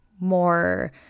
more